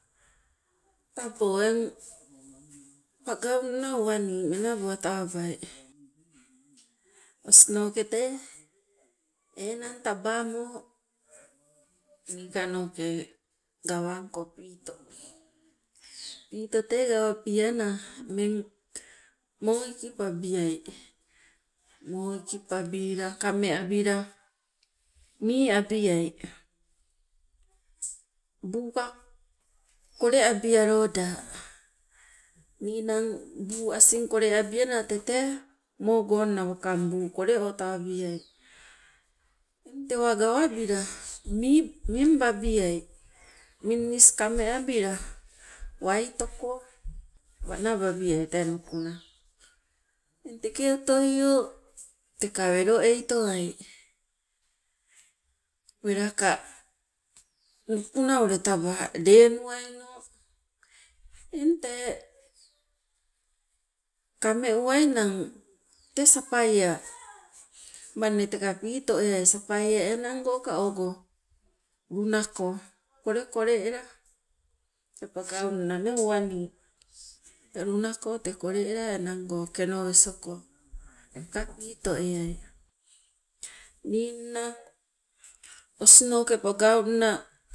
Tabo eng pangauna uwani menabo tawabai, osinoke tee enang tabamo niikano ke gawangko piito. Piito tee gawabiana ummeng moo ikipabiai, moo ikipabila kame abila mii abiai, buuka kole abialoda. Ninang buu asing koleabiana tete moogonna wakang buu koleo tawabiai, eng tewa gawabila mii- mimbabiai, minnis kame abila waitoko wanababiai tee nukuna, eng teke otoio teka welo eitowai welaka nukuna ule taba lenuwaino. Eng tee kame uwainang, tee sapaia manne teka piito eai, sapaia enangoka ogo luna ko kolekole ela tee pangaunna nee uwani, te luna ko kole ela enango kenoiso ko teka piito eai. Ningna osinoke pagaunna